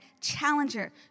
challenger